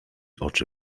oczy